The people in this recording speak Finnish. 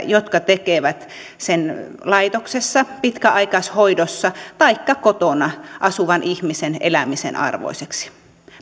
jotka tekevät sen laitoksessa pitkäaikaishoidossa taikka kotona asuvan ihmisen elämän elämisen arvoiseksi hän